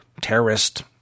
terrorist